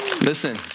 Listen